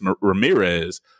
Ramirez